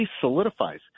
solidifies